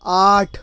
آٹھ